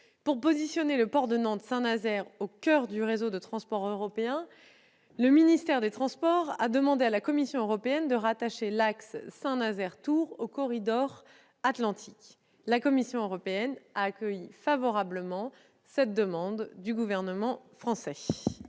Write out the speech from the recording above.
Pour placer le port de Nantes-Saint-Nazaire au coeur du réseau de transport européen, le ministère des transports a demandé à la Commission européenne de rattacher l'axe Saint-Nazaire-Tours au corridor atlantique. La Commission européenne a accueilli favorablement cette demande du gouvernement français.